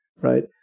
Right